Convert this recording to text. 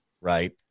right